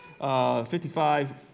55